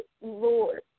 Lord